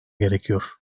gerekiyor